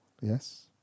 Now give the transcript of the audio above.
Yes